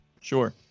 Sure